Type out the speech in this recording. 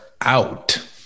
out